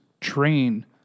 train